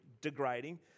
degrading